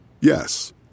Yes